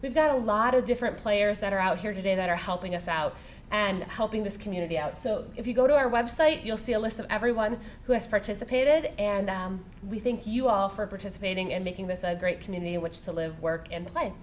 we've got a lot of different players that are out here today that are helping us out and helping this community out so if you go to our website you'll see a list of everyone who has participated and we think you offer participating and making this a great community in which to live work